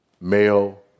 male